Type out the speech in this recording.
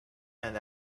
and